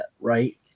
right